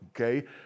okay